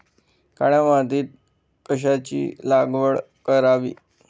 काळ्या मातीत कशाची लागवड करावी?